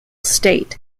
state